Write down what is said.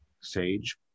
sage